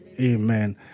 amen